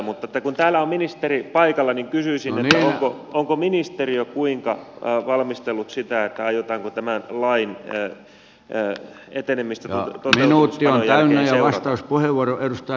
mutta kun täällä on ministeri paikalla niin kysyisin onko ministeriö kuinka valmistellut sitä että aiotaanko tämän lain etenemistä sen täytäntöönpanon jälkeen seurata